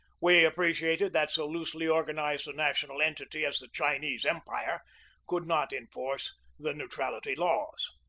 we appreciated that so loosely organized a national entity as the chinese empire could not enforce the neutrality laws.